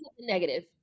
negative